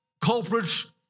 culprits